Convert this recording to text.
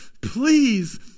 please